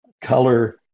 color